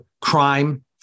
crime